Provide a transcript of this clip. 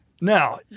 Now